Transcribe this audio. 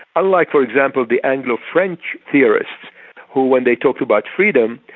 unlike for example, the anglo-french theorists who when they talked about freedom,